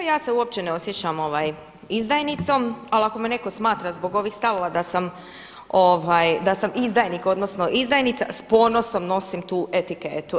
Pa ja se uopće ne osjećam izdajnicom, ali ako me netko smatra zbog ovih stavova da sam izdajnik, odnosno izdajnica s ponosom nosim tu etiketu.